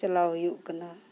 ᱪᱟᱞᱟᱣ ᱦᱩᱭᱩᱜ ᱠᱟᱱᱟ